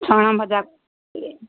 ଚଣା ଭଜା